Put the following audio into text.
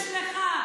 תתבייש לך.